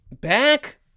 back